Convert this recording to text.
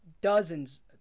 dozens